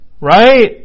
Right